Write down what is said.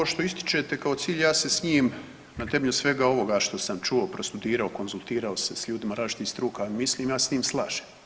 Ovo što ističete kao cilj ja se s njim na temelju svega ovoga što sam čuo, prostudirao, konzultirao se s ljudima različitih struka, mislim ja se s tim slažem